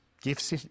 gifts